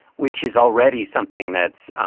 which is already something that's